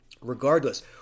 regardless